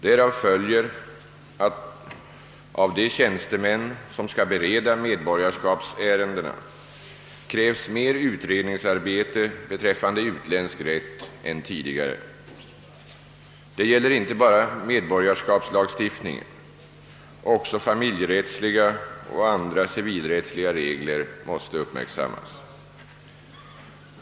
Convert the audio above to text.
Därav följer att det av de tjänstemän som skall bereda medborgarskapsärenden krävs mer utredningsarbete beträffande utländsk rätt än tidigare. Det gäller inte bara medborgarskapslagstiftningen. Även familjerättsliga och andra civilrättsliga regler måste uppmärksammas.